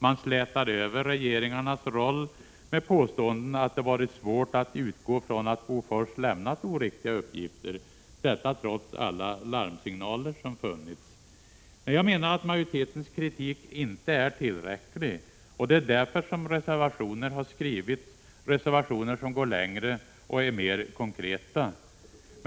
Man slätar över regeringarnas roll med påståenden att det har varit svårt att utgå från att Bofors har lämnat oriktiga uppgifter — detta trots alla larmsignaler. Jag tycker inte att majoritetens kritik är tillräcklig, och därför har reservationer skrivits som går längre och är mer konkreta.